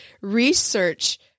research